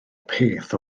peth